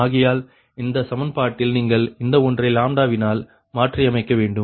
ஆகையால் இந்த சமன்பாட்டில் நீங்கள் இந்த ஒன்றை லாம்ப்டாவினால் மாற்றியமைக்க வேண்டும்